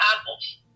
apples